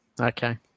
Okay